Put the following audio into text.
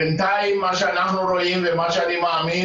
בינתיים מה שאנחנו רואים ומה שאני מאמין